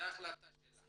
זאת החלטה שלך.